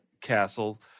castle